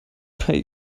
bei